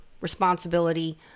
responsibility